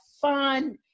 fun